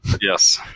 Yes